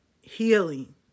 healing